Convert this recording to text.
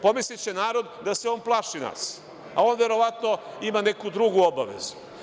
Pomisliće narod da se on plaši nas, a on verovatno ima neku drugu obavezu.